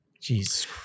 Jesus